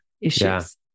issues